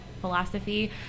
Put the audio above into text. philosophy